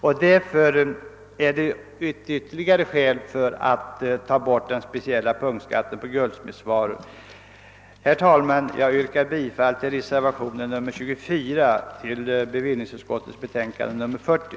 Detta är, anser jag, ytterligare ett skäl för att slopa den SpeCiera skatten på guldsmedsvaror. Herr talman! Jag yrkar bifall till reservation 24 vid bevillningsutskottets betänkande nr 40.